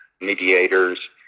mediators